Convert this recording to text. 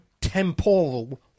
temporal